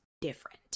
different